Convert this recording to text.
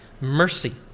mercy